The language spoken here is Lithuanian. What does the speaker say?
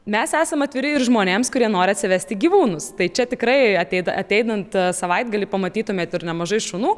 mes esam atviri ir žmonėms kurie nori atsivesti gyvūnus tai čia tikrai ateit ateinant savaitgalį pamatytumėt ir nemažai šunų